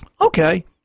Okay